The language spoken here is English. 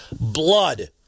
blood